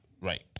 right